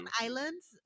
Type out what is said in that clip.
islands